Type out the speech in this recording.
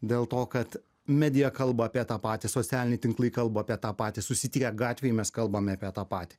dėl to kad medija kalba apie tą patį socialinį tinklą kalba apie tą patį susitikę gatvėje mes kalbame apie tą patį